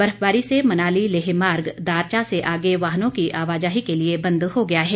बर्फबारी से मनाली लेह मार्ग दारचा से आगे वाहनों की आवाजाही के लिए बंद हो गया है